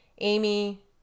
amy